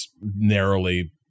narrowly